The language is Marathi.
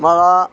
मला